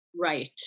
right